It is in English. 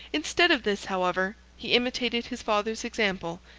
instead of this, however, he imitated his father's example,